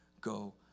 go